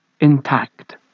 intact